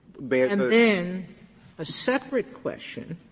but and then a separate question,